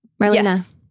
Marlena